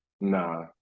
Nah